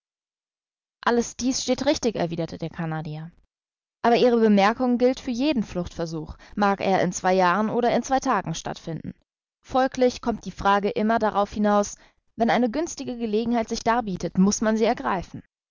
alles dies steht richtig erwiderte der canadier aber ihre bemerkung gilt für jeden fluchtversuch mag er in zwei jahren oder in zwei tagen stattfinden folglich kommt die frage immer darauf hinaus wenn eine günstige gelegenheit sich darbietet muß man sie ergreifen